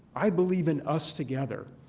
i believe in us together.